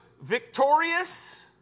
victorious